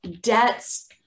debts